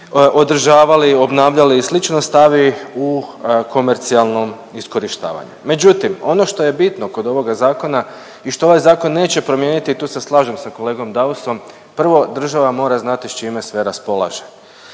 održavali, obnavljali i slično, stavi u komercijalno iskorištavanje. Međutim, ono što je bitno kod ovoga zakona i što ovaj zakon neće promijeniti tu se slažem sa kolegom Dausom, prvo država mora znati s čime sve raspolaže.